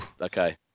Okay